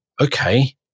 okay